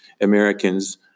Americans